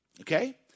Okay